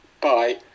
bye